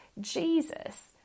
Jesus